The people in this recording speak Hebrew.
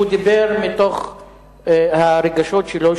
הוא דיבר מתוך הרגשות שלו,